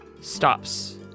stops